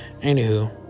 anywho